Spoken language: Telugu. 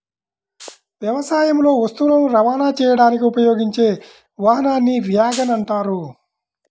వ్యవసాయంలో వస్తువులను రవాణా చేయడానికి ఉపయోగించే వాహనాన్ని వ్యాగన్ అంటారు